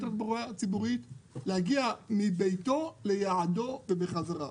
תחבורה ציבורית להגיע מביתו ליעדו ובחזרה,